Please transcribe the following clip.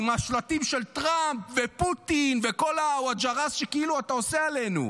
עם השלטים של טראמפ ופוטין וכל הווג'ראס שכאילו אתה עושה עלינו,